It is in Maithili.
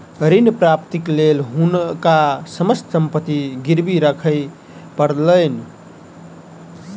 ऋण प्राप्तिक लेल हुनका समस्त संपत्ति गिरवी राखय पड़लैन